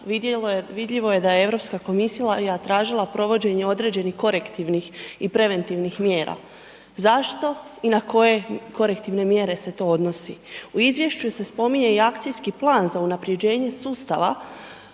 vidljivo je da je EU komisija tražila provođenje određenih korektivnih i preventivnih mjera. Zašto i na koje korektivne mjere se to odnosi? U izvješću se spominje i akcijski plan za unaprjeđenje sustava